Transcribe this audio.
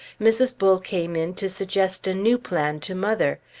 mrs. bull came in to suggest a new plan to mother.